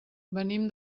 venim